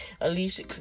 Alicia